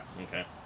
Okay